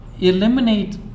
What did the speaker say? eliminate